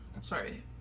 sorry